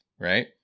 right